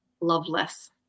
loveless